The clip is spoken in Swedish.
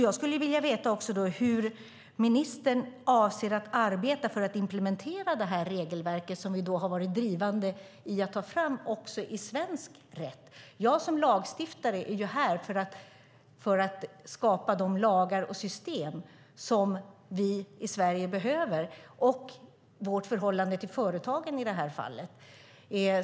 Jag skulle därför vilja veta hur ministern avser att arbeta för att implementera detta regelverk, som vi har varit drivande i att ta fram, också i svensk rätt. Jag som lagstiftare är ju här för att skapa de lagar och system som vi i Sverige behöver, i det här fallet för vårt förhållande till företagen.